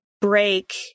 break